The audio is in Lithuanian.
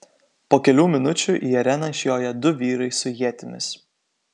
po kelių minučių į areną išjoja du vyrai su ietimis